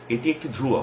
এটি একটি ধ্রুবক